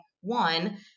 one